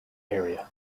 area